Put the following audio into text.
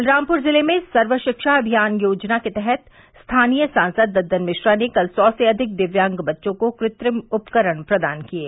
बलरामपुर जिले में सर्व शिक्षा अभियान योजना के तहत स्थानीय सांसद दद्दन मिश्रा ने कल सौ से अधिक दिव्यांग बच्चों को कृत्रिम उपकरण प्रदान किये